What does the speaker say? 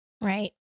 right